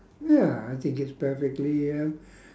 ya I think it's perfectly uh